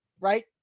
right